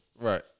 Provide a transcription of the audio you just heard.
Right